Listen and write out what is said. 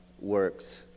works